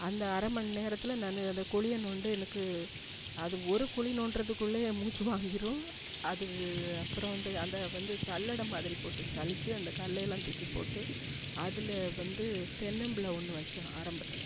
அந்த அரை மண்நேரத்தில் நான் அந்து குழிய நோண்டி எனக்கு அது ஒரு குழி நோண்டறதுக்குள்ளேயே ஏன் மூச்சு வாங்கிரும் அது அப்புறம் வந்து அந்த வந்து சல்லடை மாதிரி போட்டு சலிச்சு அந்த கல்லையெல்லாம் தூக்கிப் போட்டு அதில் வந்து தென்னம்பிள்ளை ஒன்று வச்சோம் ஆரம்பத்தில்